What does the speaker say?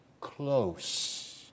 close